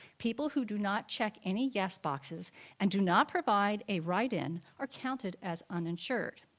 people who do not check any yes boxes and do not provide a write-in are counted as uninsured.